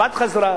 הבת חזרה,